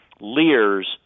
Lear's